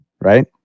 right